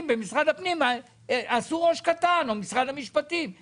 במשרד הפנים או במשרד המשפטים עשו ראש קטן.